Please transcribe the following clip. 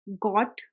got